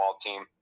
team